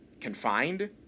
confined